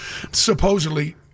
supposedly